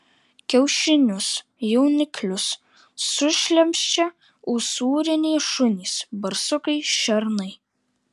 kiaušinius jauniklius sušlemščia usūriniai šunys barsukai šernai